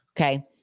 Okay